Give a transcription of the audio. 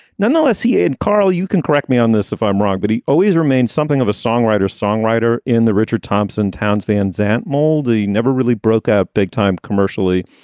nonetheless, he and carl, you can correct me on this if i'm wrong, but he always remains something of a songwriter songwriter in the richard thompson townes van zandt malda never really broke up big time commercially,